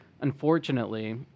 unfortunately